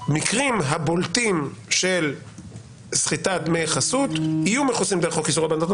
מקרים הבולטים של סחיטת דמי חסות יהיו מכוסים דרך חוק איסור הלבנת הון